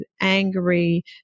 angry